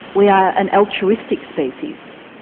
we are an altruistic species?